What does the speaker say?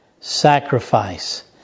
sacrifice